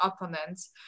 opponents